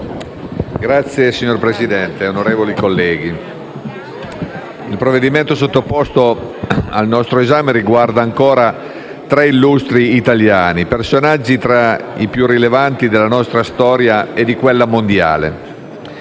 PLI))*. Signora Presidente, onorevoli colleghi, il provvedimento sottoposto al nostro esame riguarda ancora tre illustri italiani, personaggi tra i più rilevanti della nostra storia e di quella mondiale.